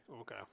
Okay